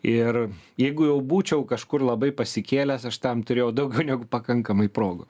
ir jeigu jau būčiau kažkur labai pasikėlęs aš tam turėjau daugiau negu pakankamai progų